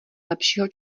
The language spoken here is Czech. lepšího